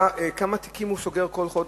כמה תיקים הוא סוגר כל חודש.